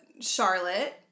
Charlotte